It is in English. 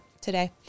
today